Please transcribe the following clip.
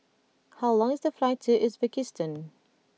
how long is the flight to Uzbekistan